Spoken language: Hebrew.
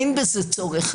אין בזה צורך,